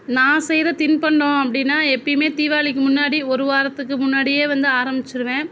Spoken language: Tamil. நான் செய்யற தின்பண்டம் அப்படின்னா எப்பையுமே தீவாளிக்கு முன்னாடி ஒரு வாரத்துக்கு முன்னாடியே வந்து ஆரமிச்சுருவேன்